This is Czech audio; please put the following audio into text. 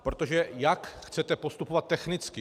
Protože jak chcete postupovat technicky?